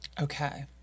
Okay